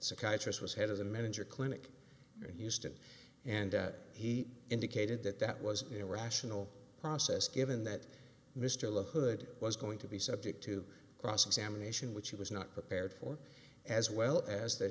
psychiatrist was head of the manager clinic in houston and he indicated that that was a rational process given that mr hood was going to be subject to cross examination which he was not prepared for as well as that